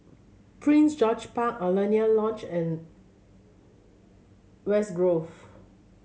Prince George Park Alaunia Lodge and West Grove